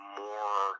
more